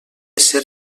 ser